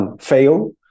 Fail